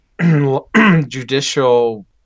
judicial